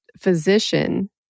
physician